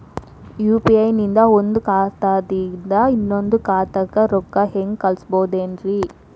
UPI ನಿಂದ ಒಂದ್ ಖಾತಾದಿಂದ ಇನ್ನೊಂದು ಖಾತಾಕ್ಕ ರೊಕ್ಕ ಹೆಂಗ್ ಕಳಸ್ಬೋದೇನ್ರಿ?